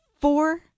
four